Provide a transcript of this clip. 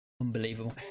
Unbelievable